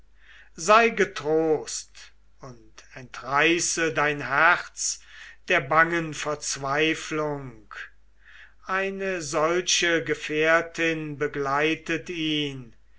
sei getrost und entreiße dein herz der bangen verzweiflung eine solche gefährtin begleitet ihn